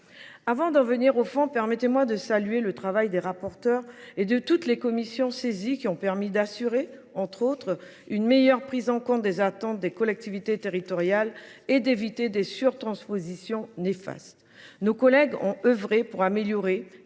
Avant d’en venir au fond, permettez moi de saluer le travail des rapporteurs et de toutes les commissions saisies, qui ont permis d’assurer, entre autres, une meilleure prise en compte des attentes des collectivités territoriales et d’éviter des surtranspositions néfastes. Nos collègues ont œuvré pour améliorer